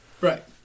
right